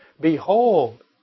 behold